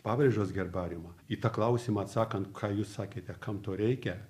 pabrėžos herbariumą į tą klausimą atsakant ką jūs sakėte kam to reikia